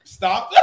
Stop